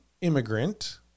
immigrant